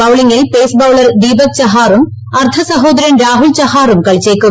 ബൌളിംഗിൽ pace bowler Deepak ചഹാറും അർധ സഹോദരൻ രാഹുൽ ചഹാറും കളിച്ചേക്കും